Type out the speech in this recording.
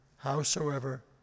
howsoever